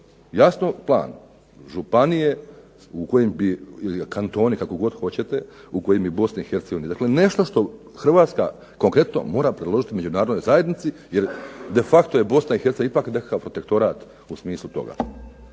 jasno plan županije u kojem bi, ili kantoni kako god hoćete, u …/Ne razumije se./… Bosne i Hercegovine. Dakle nešto što Hrvatska konkretno mora predložiti međunarodnoj zajednici, jer de facto je Bosna i Hercegovina ipak nekakav …/Ne razumije se./… u smislu toga.